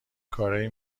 کارایی